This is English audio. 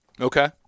Okay